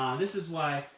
this is why